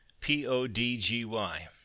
P-O-D-G-Y